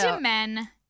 men